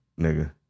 nigga